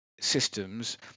systems